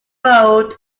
road